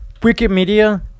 Wikimedia